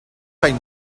faig